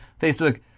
Facebook